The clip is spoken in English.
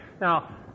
Now